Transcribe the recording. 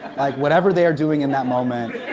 like whatever they're doing in that moment,